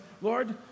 Lord